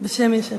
בשם יש עתיד.